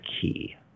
key